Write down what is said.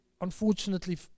unfortunately